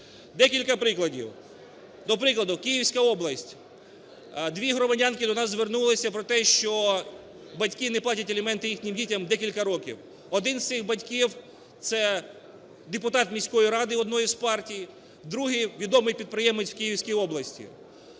Декілька прикладів. До прикладу. Київська область. Дві громадянки до нас звернулися про те, що батьки не платять аліменти їхнім дітям декілька років. Один з цих батьків – це депутат міської ради одної з партій, другий – відомий підприємець в Київській області.